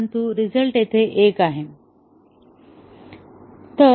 परंतु रिझल्ट येथे 1 आहे